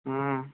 ఆ